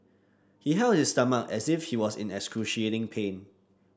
he held his stomach as if he was in excruciating pain